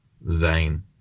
vain